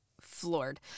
floored